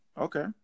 Okay